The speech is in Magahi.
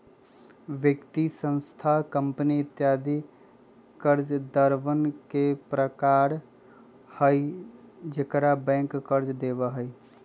व्यक्ति, संस्थान, कंपनी इत्यादि कर्जदारवन के प्रकार हई जेकरा बैंक कर्ज देवा हई